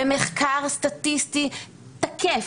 במחקר סטטיסטי תקף,